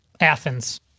Athens